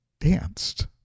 danced